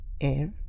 air